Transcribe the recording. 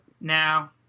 Now